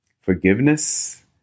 forgiveness